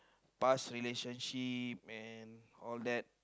past relationship and all that